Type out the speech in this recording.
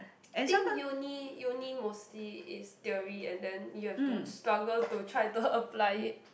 think uni uni mostly is theory and then you have to struggle to try to apply it